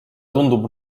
tundub